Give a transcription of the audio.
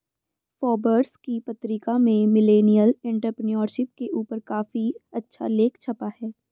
Forbes की पत्रिका में मिलेनियल एंटेरप्रेन्योरशिप के ऊपर काफी अच्छा लेख छपा है